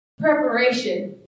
preparation